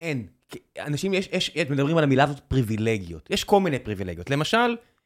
אין. אנשים, יש... יש... מדברים על המילה הזאת פריבילגיות. יש כל מיני פריבילגיות. למשל...